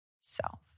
self